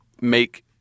make